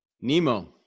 Nemo